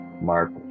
mark